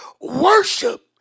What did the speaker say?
worship